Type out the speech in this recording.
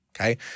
Okay